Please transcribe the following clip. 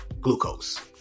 glucose